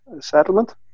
settlement